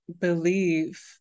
believe